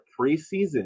preseason